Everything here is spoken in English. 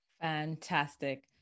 Fantastic